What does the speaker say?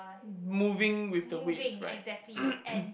moving with the weights right